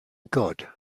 god